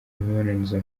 imibonano